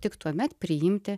tik tuomet priimti